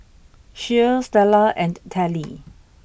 Shea Stella and Telly